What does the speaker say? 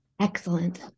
Excellent